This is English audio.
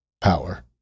power